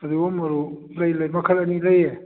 ꯐꯗꯤꯒꯣꯝ ꯃꯔꯨ ꯂꯩ ꯂꯩ ꯃꯈꯜ ꯑꯅꯤ ꯂꯩꯌꯦ